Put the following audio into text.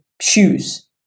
shoes